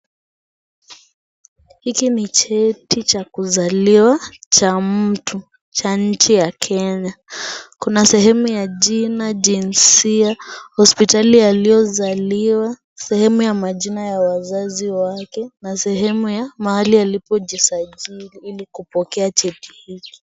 Hiki ni cheti cha kuzaliwa cha mtu cha nje ya Kenya, kuna sehemu ya jina, jinsia, hospitali aliyozaliwa, sehemu ya majina ya wazazi wake, na sehemu ya mahali alipojisajili ili kupokea cheti hiki.